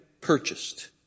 purchased